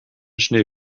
schnee